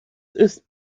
ist